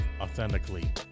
authentically